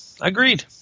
Agreed